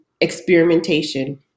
experimentation